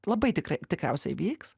labai tikr tikriausiai vyks